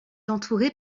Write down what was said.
entourée